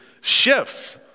shifts